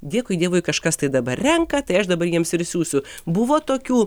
dėkui dievui kažkas tai dabar renka tai aš dabar jiems ir išsiųsiu buvo tokių